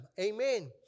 Amen